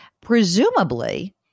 Presumably